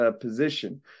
position